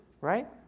right